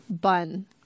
bun